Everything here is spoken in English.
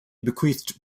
bequeathed